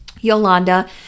Yolanda